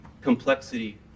complexity